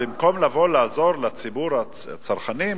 במקום לבוא ולעזור לציבור הצרכנים,